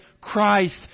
Christ